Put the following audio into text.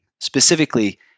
Specifically